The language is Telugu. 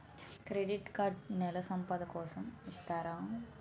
క్రెడిట్ కార్డ్ నెల సంపాదన కోసం ఇస్తారా?